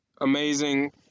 amazing